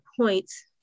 points